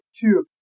two